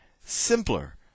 simpler